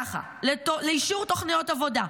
ככה: לאישור תוכניות עבודה,